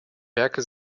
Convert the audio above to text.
werke